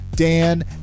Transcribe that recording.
Dan